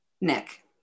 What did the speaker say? nick